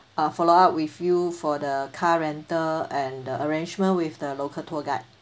uh follow up with you for the car rental and the arrangement with the local tour guide